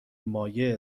مایه